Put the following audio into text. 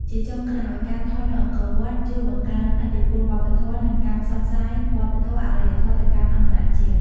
ជាចុងក្រោយ ការថតនៅអង្គរវត្តជួយបង្កើនឥទ្ធិពលវប្បធម៌ និងការផ្សព្វផ្សាយវប្បធម៌ អរិយធម៌ទៅកាន់អន្តរជាតិ។